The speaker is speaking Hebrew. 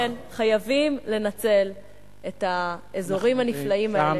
לכן חייבים לנצל את האזורים הנפלאים האלה.